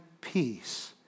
peace